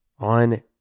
on